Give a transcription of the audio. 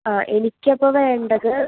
ആ എനിക്ക് അപ്പോൾ വേണ്ടത്